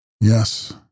Yes